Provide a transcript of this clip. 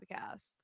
podcast